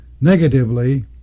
Negatively